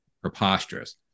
preposterous